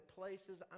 places